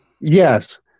Yes